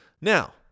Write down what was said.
Now